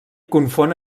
confon